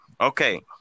Okay